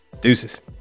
Deuces